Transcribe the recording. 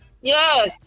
Yes